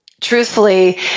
truthfully